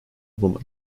woman